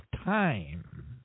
time